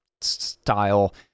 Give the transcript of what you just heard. style